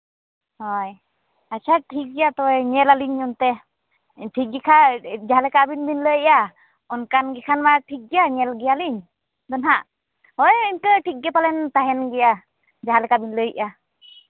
ᱦᱳᱭ ᱟᱪᱪᱷᱟ ᱴᱷᱤᱠ ᱜᱮᱭᱟ ᱛᱚᱵᱮ ᱧᱮᱞ ᱟᱹᱞᱤᱧ ᱚᱱᱛᱮ ᱴᱷᱤᱠ ᱜᱮᱠᱷᱟᱡ ᱡᱟᱦᱟᱸ ᱞᱮᱠᱟ ᱟᱹᱵᱤᱱ ᱵᱤᱱ ᱞᱟᱹᱭᱮᱜᱼᱟ ᱚᱱᱠᱟᱱ ᱜᱮᱠᱷᱟᱱ ᱢᱟ ᱴᱷᱤᱠ ᱜᱮᱭᱟ ᱧᱮᱞ ᱜᱮᱭᱟᱞᱤᱧ ᱟᱫᱚ ᱱᱟᱦᱟᱜ ᱦᱳᱭ ᱤᱱᱠᱟᱹ ᱴᱷᱤᱠᱜᱮ ᱯᱟᱞᱮᱱ ᱛᱟᱦᱮᱱ ᱜᱮᱭᱟ ᱡᱟᱦᱟᱸ ᱞᱮᱠᱟᱵᱤᱱ ᱞᱟᱹᱭᱮᱜᱼᱟ